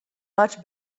much